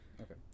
Okay